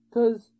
Cause